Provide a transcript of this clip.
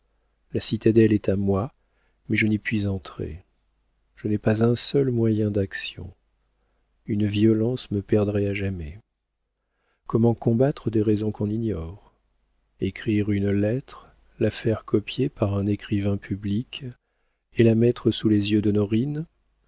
la citadelle est à moi mais je n'y puis entrer je n'ai pas un seul moyen d'action une violence me perdrait à jamais comment combattre des raisons qu'on ignore écrire une lettre la faire copier par un écrivain public et la mettre sous les yeux d'honorine j'y